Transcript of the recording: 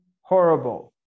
horrible